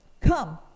Come